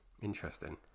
Interesting